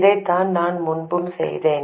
இதைத்தான் நாம் முன்பும் செய்தோம்